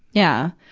yeah.